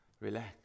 Relax